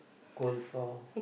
goal for